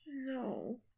No